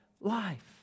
life